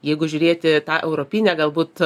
jeigu žiūrėti tą europinę galbūt